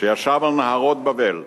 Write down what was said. שישב על נהרות בבל,